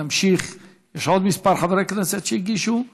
יש עוד כמה חברי כנסת שהגישו?